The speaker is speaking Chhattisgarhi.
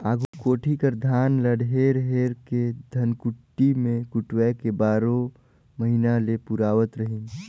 आघु कोठी कर धान ल हेर हेर के धनकुट्टी मे कुटवाए के बारो महिना ले पुरावत रहिन